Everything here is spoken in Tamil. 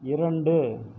இரண்டு